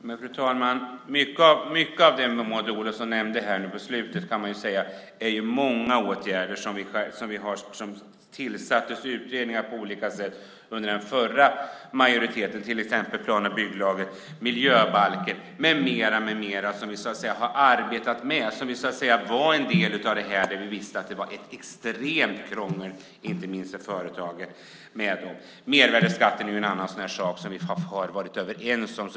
Fru talman! Mycket av det Maud Olofsson nämnde här på slutet är åtgärder och utredningar som påbörjades av den förra majoriteten, till exempel förändringar i plan och bygglagen, miljöbalken. Vi arbetade med dessa när det visade sig att det var extremt krångligt inte minst för företagen. Mervärdesskatten är en annan sådan sak som vi har varit överens om.